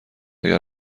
اگر